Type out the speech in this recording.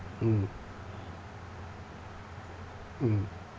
mm mm